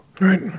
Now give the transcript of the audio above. Right